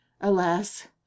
Alas